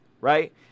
right